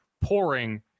pouring